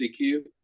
CQ